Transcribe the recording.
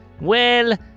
Well